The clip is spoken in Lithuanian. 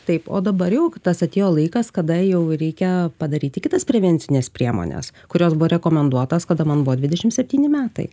taip o dabar jau tas atėjo laikas kada jau reikia padaryti kitas prevencines priemones kurios buvo rekomenduotos kada man buvo dvidešim septyni metai